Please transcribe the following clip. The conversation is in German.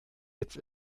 jetzt